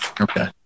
Okay